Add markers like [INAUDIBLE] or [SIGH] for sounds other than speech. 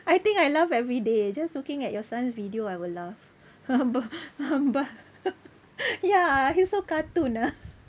I think I laugh every day just looking at your son's video I will laugh [LAUGHS] ya he's so cartoon ah